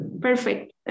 Perfect